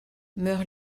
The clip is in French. meurt